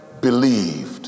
believed